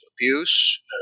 abuse